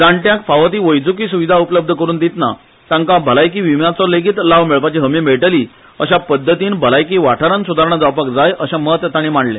जाण्ट्यांक फावो ती वैज्की स्विधा उपलब्ध करून दितना तांका भलायकी विम्याचो लेगीत लाव मेळपाची हमी मेळटली अशा पध्दतीन भलायकी वाठारान सुदारणा जावपाक जाय अर्शे मत ताणी मांडले